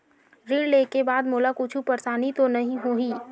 ऋण लेके बाद मोला कुछु परेशानी तो नहीं होही?